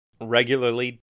Regularly